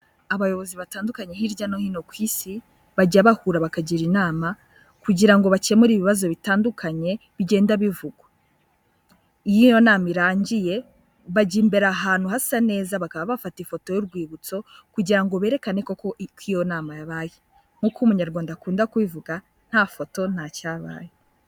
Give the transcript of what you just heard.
Abayobozi batandukanye hirya no hino ku isi bajya bahura bakagira inama kugira ngo bakemure ibibazo bitandukanye bigenda bivugwa, iyo iyo nama irangiye bajya imbere ahantu hasa neza bakaba bafata ifoto y'urwibutso, kugira ngo berekane koko ko iyo nama yabaye, nk'uko umunyarwanda akunda kubivuga nta foto, nta cyabaye.